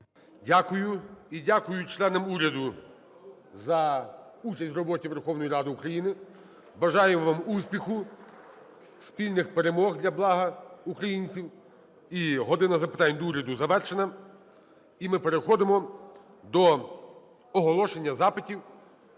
Дякую. І дякую членам уряду за участь в роботі Верховної Ради України. Бажаємо вам успіху, спільних перемог для блага українців. "Година запитань до Уряду" завершена, і ми переходимо до оголошення запитів.